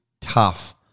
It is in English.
tough